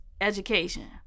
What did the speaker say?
education